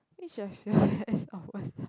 each